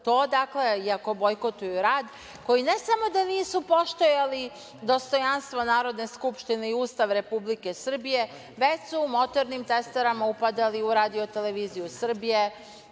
još uvek to iako bojkotuju rad, koji ne samo da nisu poštovali dostojanstvo Narodne skupštine i Ustav Republike Srbije, već su motornim testerama upadali u RTS. Ovde, onaj